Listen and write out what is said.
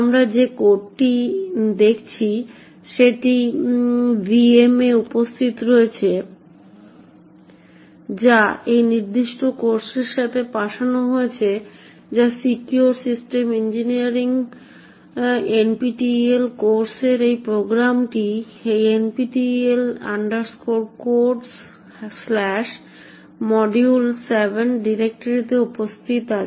আমরা যে কোডটি দেখছি সেটি ভিএম এ উপস্থিত রয়েছে যা এই নির্দিষ্ট কোর্সের সাথে পাঠানো হয়েছে যা secure system engineering NPTEL course এবং প্রোগ্রামটি এই NPTEL Codesmodule7 ডিরেক্টরিতে উপস্থিত রয়েছে